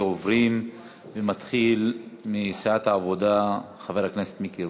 אני מתחיל מסיעת העבודה, חבר הכנסת מיקי רוזנטל.